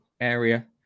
area